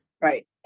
Right